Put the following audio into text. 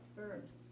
verbs